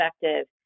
effective